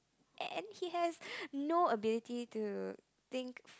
and he has no ability to think